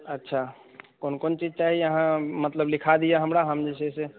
अच्छा कोन कोन चीज चाही अहाँ मतलब लिखा दिअ हमरा हम जे छै से